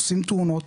עושים תאונות,